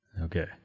Okay